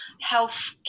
health